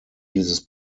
dieses